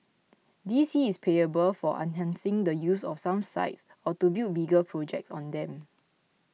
D C is payable for enhancing the use of some sites or to build bigger projects on them